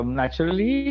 naturally